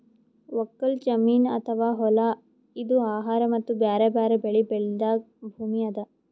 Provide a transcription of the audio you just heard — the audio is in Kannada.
ಒಕ್ಕಲ್ ಜಮೀನ್ ಅಥವಾ ಹೊಲಾ ಇದು ಆಹಾರ್ ಮತ್ತ್ ಬ್ಯಾರೆ ಬ್ಯಾರೆ ಬೆಳಿ ಬೆಳ್ಯಾದ್ ಭೂಮಿ ಅದಾ